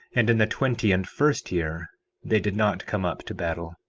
and in the twenty and first year they did not come up to battle,